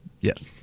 Yes